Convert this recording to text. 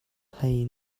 hlei